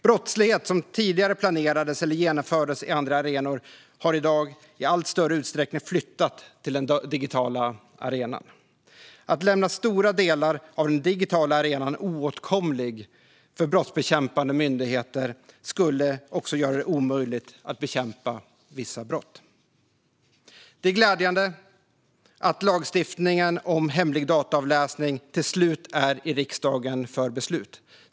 Brottslighet som tidigare planerades eller genomfördes på andra arenor har i dag i allt större utsträckning flyttat till den digitala arenan. Att lämna stora delar av den digitala arenan oåtkomlig för brottsbekämpande myndigheter skulle också göra det omöjligt att bekämpa vissa brott. Det är glädjande att lagstiftningen om hemlig dataavläsning till slut har kommit till riksdagen för beslut.